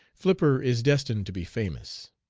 flipper is destined to be famous.